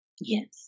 yes